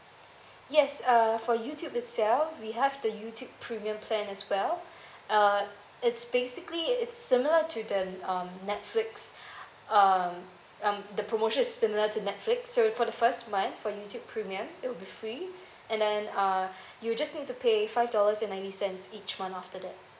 yes uh for youtube itself we have the youtube premium plan as well uh it's basically it's similar to the um netflix um um the promotion is similar to netflix so for the first month for youtube premium it will be free and then uh you just need to pay five dollars and ninety cents each month after that